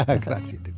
Grazie